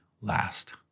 last